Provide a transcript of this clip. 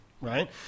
Right